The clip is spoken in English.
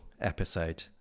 episode